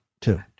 Two